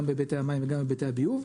גם בהיבטי המים וגם בהיבטי הביוב.